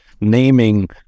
naming